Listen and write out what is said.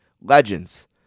Legends